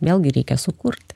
vėlgi reikia sukurti